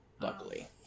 luckily